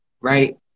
right